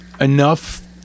enough